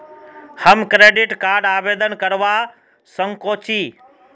हम credit card आवेदन करवा संकोची?